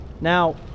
Now